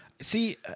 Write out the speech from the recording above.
See